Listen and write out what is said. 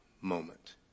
Moment